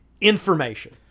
information